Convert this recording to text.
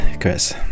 Chris